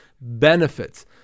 benefits